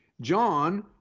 John